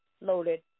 loaded